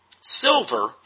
Silver